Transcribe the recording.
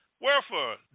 wherefore